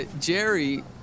Jerry